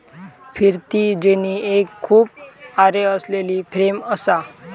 फिरती जेनी एक खूप आरे असलेली फ्रेम असा